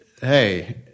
Hey